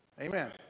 Amen